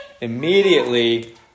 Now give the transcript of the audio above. immediately